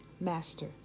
master